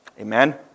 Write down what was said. Amen